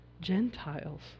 Gentiles